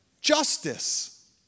justice